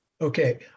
Okay